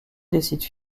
décident